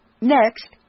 Next